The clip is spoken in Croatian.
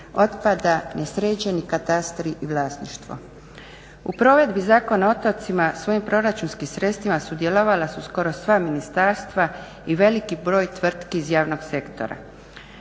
otpada, nesređeni katastri i vlasništvo. U provedbi Zakona o otocima svojim proračunskim sredstvima sudjelovala su skoro sva ministarstva i veliki broj tvrtki iz javnog sektora.